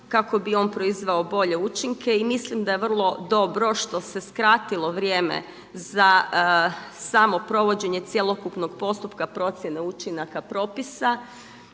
kako bi on proizveo bolje učinke. I mislim da je vrlo dobro što se skratilo vrijeme za samo provođenje cjelokupnog postupka procjene učinaka propisa